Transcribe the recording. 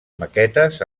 maquetes